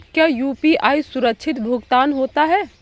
क्या यू.पी.आई सुरक्षित भुगतान होता है?